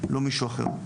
לא מישהו אחר,